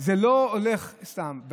זה לא הולך סתם.